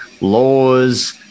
laws